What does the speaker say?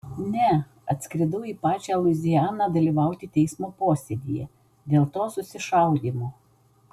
ne atskridau į pačią luizianą dalyvauti teismo posėdyje dėl to susišaudymo